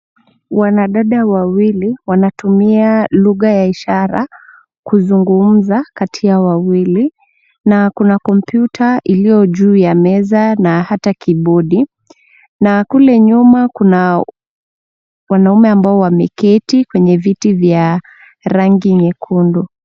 Wanadada wawili wanatumia lugha ya ishara kuzungumza kati yao wawili na kuna kompyuta iliyo juu ya meza na hata kibodi na kule nyuma kuna wanaume ambao wameketi kwenye viti vya rangi nyekundu.